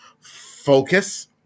Focus